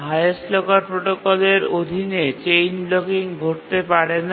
highest locker প্রোটোকলের অধীনে chain blocking ঘটতে পারে না